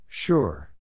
Sure